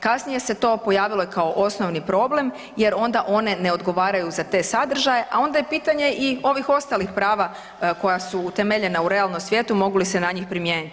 Kasnije se to pojavilo i kao osnovni problem jer onda one ne odgovaraju za te sadržaje, a ona je pitanje i ovih ostalih prava koja su utemeljena u realnom svijetu mogu li se na njih primijeniti.